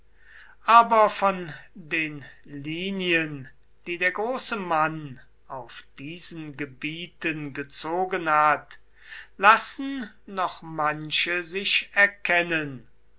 aber von den linien die der große mann auf diesen gebieten gezogen hat lassen noch manche sich erkennen